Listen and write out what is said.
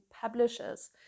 publishers